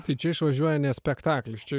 tai čia išvažiuoja ne spektaklis čia